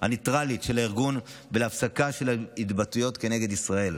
הניטרלית של הארגון ולהפסקה של ההתבטאויות כנגד ישראל,